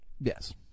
yes